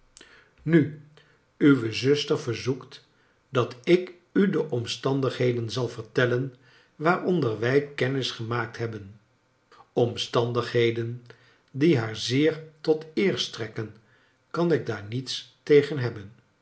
nu nwe zuster verzoekt dat ik u de omstandigheden zal vertellen waaronder wij kennis gemaakt hebben omstandigheden die haar zeer tot eer strekken kan ik daar niets tegen hebben